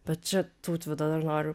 bet čia tautvydo dar noriu